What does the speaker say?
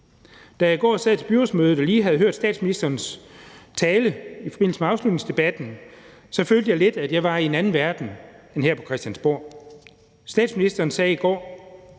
Da jeg i går sad til byrådsmødet og lige havde hørt statsministerens tale i forbindelse med afslutningsdebatten, følte jeg lidt, at jeg var i en anden verden end her på Christiansborg. Statsministeren sagde i går: